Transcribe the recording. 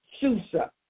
Susa